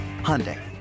Hyundai